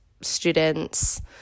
students